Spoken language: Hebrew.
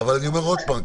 אבל אני אומר עוד פעם,